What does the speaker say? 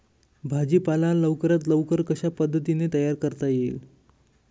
भाजी पाला लवकरात लवकर कशा पद्धतीने तयार करता येईल?